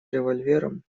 револьвером